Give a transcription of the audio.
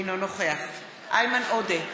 אינו נוכח איימן עודה,